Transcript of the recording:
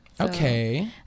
okay